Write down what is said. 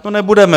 No nebudeme.